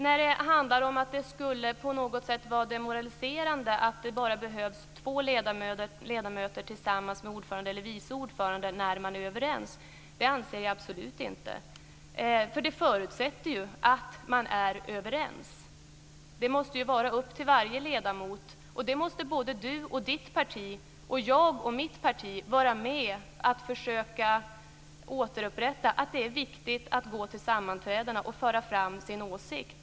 Vi anser absolut inte att det på något sätt skulle vara demoraliserande att det bara behövs två ledamöter tillsammans med ordförande eller vice ordförande när man är överens. Förutsättningen är ju att man är överens. Det måste vara upp till varje ledamot, till Marietta de Pourbaix-Lundin och hennes parti och till mig och mitt parti att medverka till att återupprätta inställningen att det är viktigt att gå till sammanträdena och föra fram sin åsikt.